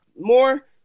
more